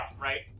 Right